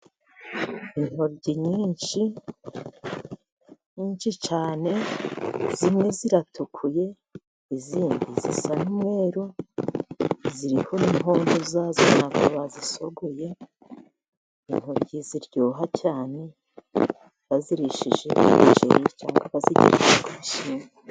Intoryi nyinshi, nyinshi cyane, zimwe ziratukuye, izindi zisa n'umweruru ziriho n'inkondo zazo, ntabwo bazisogoye, intoryi ziryoha cyane, bazirishije umuceri, cyangwa bazigeretse ku bishyimbo.